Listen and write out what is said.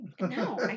No